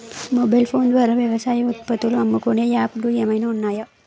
Mobile phone ద్వారా వ్యవసాయ ఉత్పత్తులు అమ్ముకునే యాప్ లు ఏమైనా ఉన్నాయా?